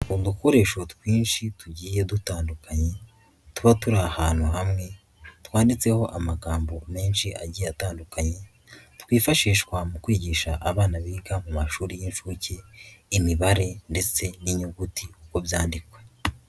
Udukoresho twinshi tugiye dutandukanye, tuba turi ahantu hamwe twanditseho amagambo menshi agiye atandukanye, twifashishwa mu kwigisha abana biga mu mashuri y'inshuke, imibare ndetse n'inyuguti uko byandikwa.